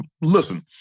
Listen